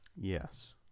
Yes